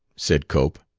said cope.